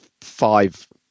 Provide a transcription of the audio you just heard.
five